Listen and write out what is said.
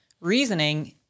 reasoning